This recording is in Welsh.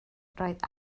roedd